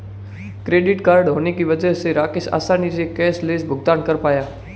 credit card होने की वजह से राकेश आसानी से कैशलैस भुगतान कर पाया